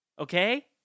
Okay